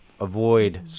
avoid